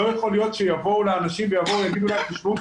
לא יכול להיות שיבואו לאנשים ויגידו להם: תשמעו,